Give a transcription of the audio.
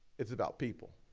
it's about people.